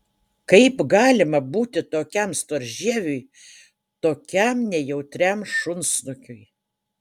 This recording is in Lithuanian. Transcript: kaip galima būti tokiam storžieviui tokiam nejautriam šunsnukiui